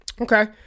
Okay